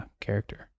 character